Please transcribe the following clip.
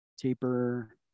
taper